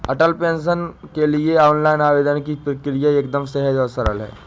अटल pension के लिए online आवेदन की प्रक्रिया एकदम सहज और सरल है